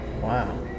Wow